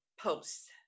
posts